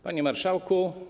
Panie Marszałku!